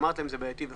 ואמרתם: זה בעייתי.